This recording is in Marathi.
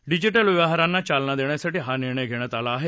डिजीटल व्यवहारांना चालना देण्यासाठी हा निर्णय घेण्यात आला आहे